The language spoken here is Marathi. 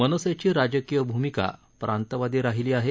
मनसेची राजकीय भूमिका प्रांतवादी राहिली आहे